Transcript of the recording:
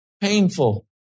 Painful